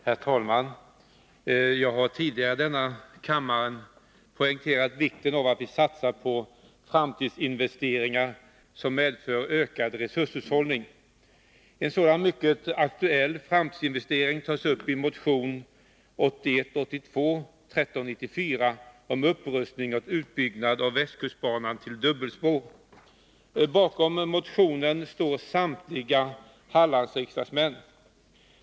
Herr talman! Jag har tidigare i denna kammare poängterat vikten av att vi satsar på framtidsinvesteringar som medför ökad resurshushållning. En sådan mycket aktuell framtidsinvestering tas upp i motion 1981/82:1394 om upprustning och utbyggnad av Västkustbanan till dubbelspår. Bakom motionen står samtliga Hallandsriksdagsmän.